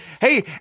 hey